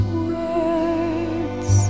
words